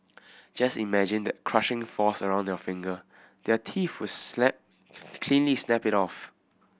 just imagine that crushing force around your finger their teeth would snap cleanly snap it off